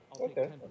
okay